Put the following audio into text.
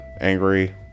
angry